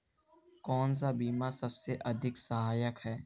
कौन सा बीमा सबसे अधिक सहायक है?